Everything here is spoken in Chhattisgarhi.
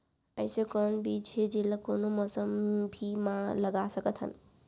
अइसे कौन बीज हे, जेला कोनो मौसम भी मा लगा सकत हन?